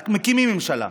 מקימים ממשלה.